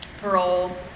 parole